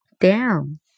down